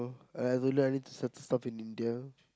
no uh really I need to send stuff in India